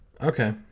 Okay